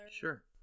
Sure